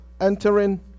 entering